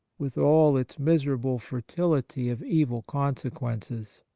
with all its miserable fertility of evil consequences.